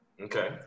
Okay